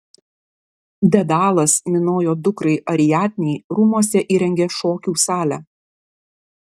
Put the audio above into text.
dedalas minojo dukrai ariadnei rūmuose įrengė šokių salę